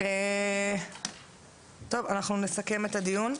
אנחנו נסכם את הדיון.